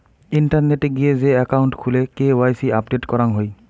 ইন্টারনেটে গিয়ে যে একাউন্ট খুলে কে.ওয়াই.সি আপডেট করাং হই